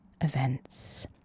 events